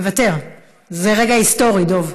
זה רגע היסטורי, דב.